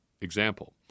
example